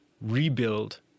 rebuild